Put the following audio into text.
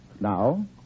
Now